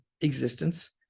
existence